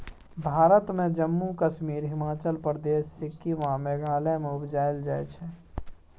भारत मे जम्मु कश्मीर, हिमाचल प्रदेश, सिक्किम आ मेघालय मे उपजाएल जाइ छै